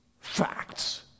facts